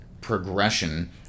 progression